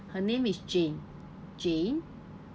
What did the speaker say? her name is jane jane